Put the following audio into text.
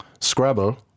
Scrabble